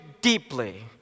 deeply